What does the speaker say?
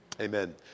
Amen